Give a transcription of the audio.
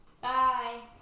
Bye